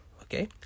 okay